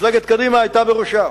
שמפלגת קדימה היתה בראשה,